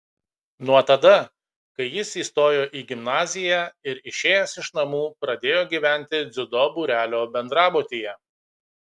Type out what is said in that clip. nuo tada kai jis įstojo į gimnaziją ir išėjęs iš namų pradėjo gyventi dziudo būrelio bendrabutyje